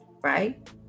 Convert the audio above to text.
right